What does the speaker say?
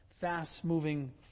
fast-moving